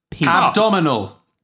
Abdominal